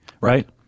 right